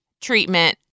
treatment